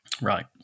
Right